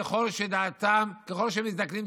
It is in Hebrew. ככל שמזדקנים,